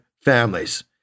families